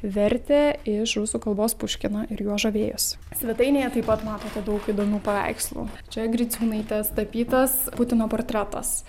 vertė iš rusų kalbos puškiną ir juo žavėjosi svetainėje taip pat matote daug įdomių paveikslų čia griciūnaitės tapytas putino portretas